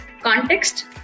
context